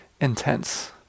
Intense